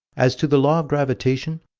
as to the law of gravitation,